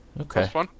Okay